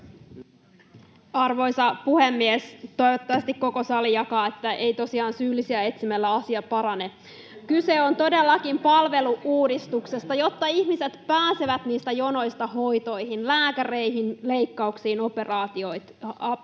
Arvoisa puhemies! Toivottavasti koko sali jakaa sen, että ei tosiaan syyllisiä etsimällä asia parane. [Välihuutoja keskustan ryhmästä] Kyse on todellakin palvelu-uudistuksesta, jotta ihmiset pääsevät niistä jonoista hoitoihin, lääkäreille, leikkauksiin, operaatioihin.